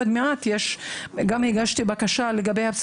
גם הגשתי בקשה לגביהם,